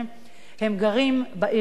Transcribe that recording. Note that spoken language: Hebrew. הם גרים בעיר לוד